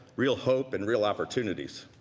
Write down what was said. real hope and real opportunities,